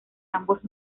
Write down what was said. ambos